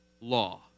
law